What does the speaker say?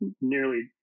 nearly